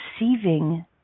receiving